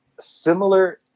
similar